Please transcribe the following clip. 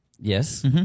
Yes